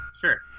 sure